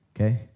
okay